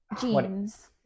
jeans